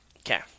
Okay